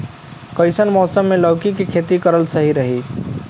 कइसन मौसम मे लौकी के खेती करल सही रही?